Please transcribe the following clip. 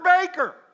Baker